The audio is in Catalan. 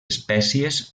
espècies